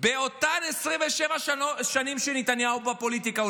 באותן 27 שנים שנתניהו בפוליטיקה.